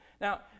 Now